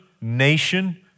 nation